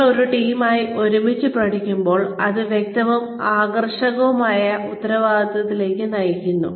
നിങ്ങൾ ഒരു ടീമായി ഒരുമിച്ച് പഠിക്കുമ്പോൾ അത് വ്യക്തവും ആകർഷകവുമായ ഉത്തരവാദിത്തങ്ങളിലേക്ക് നയിക്കുന്നു